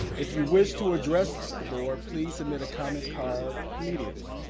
if you wish to address the board, please submit a comment card immediately.